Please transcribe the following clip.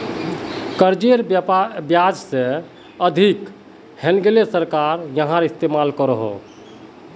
कर्जेर ब्याज से अधिक हैन्गेले सरकार याहार इस्तेमाल करोह